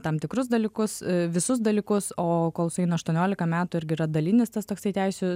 tam tikrus dalykus visus dalykus o kol sueina aštuoniolika metų irgi yra dalinis tas toksai teisių